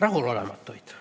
rahulolematuid.